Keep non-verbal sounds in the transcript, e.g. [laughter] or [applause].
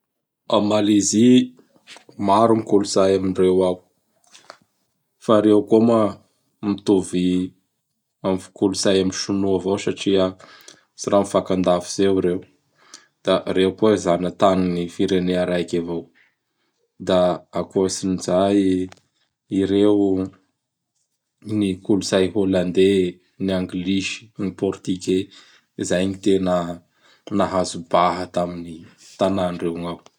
A Malaizy, [noise] maro gny kolotsay amindreo ao. [noise] Fa reo koa ma mitovy kolotsay am sinoa avao satria [noise] tsy rah mifankadavitsy eo reo. [noise] Da reo koa zagnatanin'ny firenea raiky avao. Da akoatsin'izay, [noise] Ireo, gny kolotsay Hollandais, gn Anglisy, gn Portugai s. [noise] Izay gn tena [noise] nahazo baha tamin'ny tanandreo gnao.